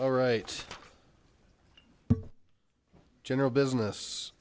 all right general business